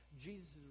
Jesus